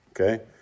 okay